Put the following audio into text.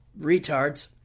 retards